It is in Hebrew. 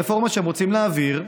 הרפורמה שהם רוצים להעביר,